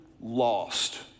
lost